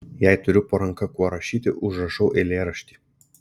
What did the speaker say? jei turiu po ranka kuo rašyti užrašau eilėraštį